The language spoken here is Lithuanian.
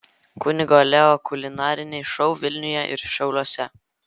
kunigo leo kulinariniai šou vilniuje ir šiauliuose